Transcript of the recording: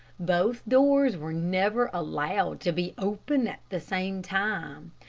both doors were never allowed to be open at the same time.